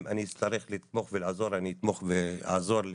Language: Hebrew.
אם אני אצטרך לתמוך ולעזור, אני אתמוך ואעזור.